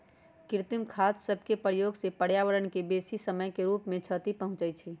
कृत्रिम खाद सभके प्रयोग से पर्यावरण के बेशी समय के रूप से क्षति पहुंचइ छइ